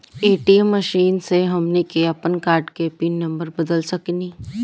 ATM machine से हमनी के आपन कार्ड के पिन नम्बर बदल सके नी